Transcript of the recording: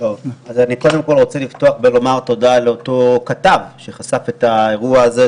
אני קודם כל רוצה לפתוח ולומר תודה לאותו כתב שחשף את האירוע הזה,